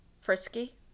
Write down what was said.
frisky